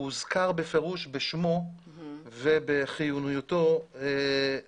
המפעל הזה הוזכר בפירוש בשמו ובחיוניותו למדינה.